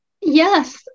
Yes